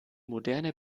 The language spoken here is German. moderne